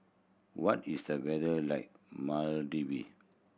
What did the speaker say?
what is the weather like Maldive